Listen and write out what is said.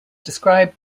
describe